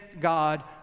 God